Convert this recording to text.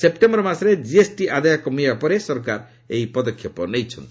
September ମାସରେ GST ଆଦାୟ କମିବା ପରେ ସରକାର ଏହି ପଦକ୍ଷେପ ଗ୍ରହଣ କରିଛନ୍ତି